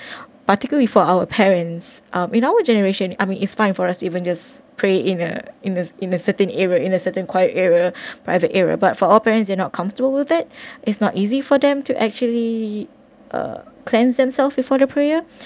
particularly for our parents uh in our generation I mean it's fine for us even just pray in a in a in a certain area in a certain quiet area private area but for all parents they not comfortable with that is not easy for them to actually uh cleanse themselves before the prayer